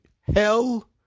hell